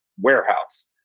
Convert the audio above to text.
warehouse